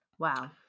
Wow